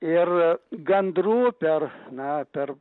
ir gandrų per na per